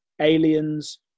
aliens